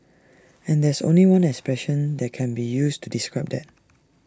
and there's only one expression that can be used to describe that